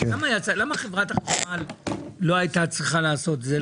אבל למה חברת החשמל לא הייתה צריכה לעשות את זה?